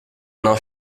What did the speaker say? n’en